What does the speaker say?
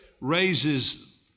raises